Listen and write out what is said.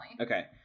okay